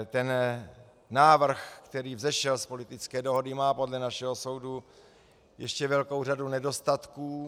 Ten návrh, který vzešel z politické dohody, má podle našeho soudu ještě velkou řadu nedostatků.